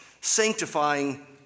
sanctifying